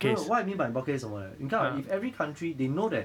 no no what I mean by import case 什么 leh 你看啊 if every country they know that